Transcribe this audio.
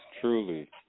truly